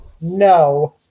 no